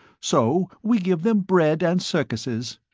so we give them bread and circuses.